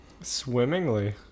Swimmingly